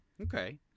Okay